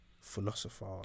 philosopher